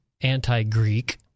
anti-Greek